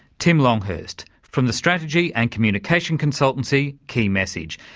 tim longhurst from the strategy and communication consultancy, key message.